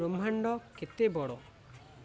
ବ୍ରହ୍ମାଣ୍ଡ କେତେ ବଡ଼